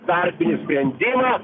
tarpinį sprendimą